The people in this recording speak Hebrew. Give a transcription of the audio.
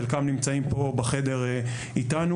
חלקם נמצאים פה בחדר איתנו,